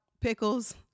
pickles